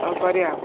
କ'ଣ କରିବା